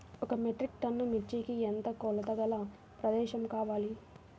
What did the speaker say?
ఒక metric ton మిర్చికి ఎంత కొలతగల ప్రదేశము కావాలీ?